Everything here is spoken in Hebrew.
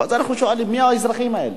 ואז אנחנו שואלים, מי האזרחים האלה?